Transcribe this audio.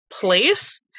place